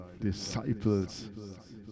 Disciples